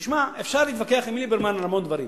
תשמע, אפשר להתווכח עם ליברמן על המון דברים.